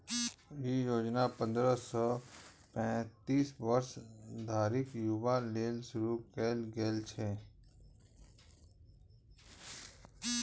ई योजना पंद्रह सं पैतीस वर्ष धरिक युवा लेल शुरू कैल गेल छै